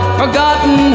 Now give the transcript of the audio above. forgotten